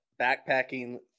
backpacking